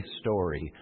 story